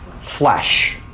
flesh